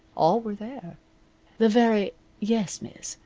all were there the very yes, miss,